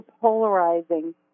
polarizing